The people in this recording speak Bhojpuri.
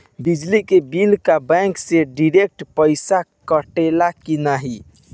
बिजली के बिल का बैंक से डिरेक्ट पइसा कटेला की नाहीं?